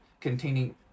containing